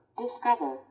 discover